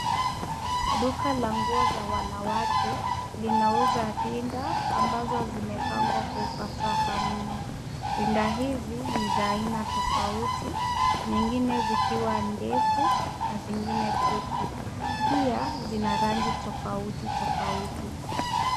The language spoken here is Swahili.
Duka la nguo za wanawake linauza rinda ambazo zimepangwa kwa ufasaha mno. Rinda hizi ni za aina tofauti, nyingine zikiwa mrefu na zingine fupi. Pia, zina rangi tofauti tofauti.